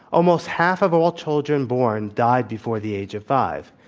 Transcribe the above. almost half of all children born died before the age of five.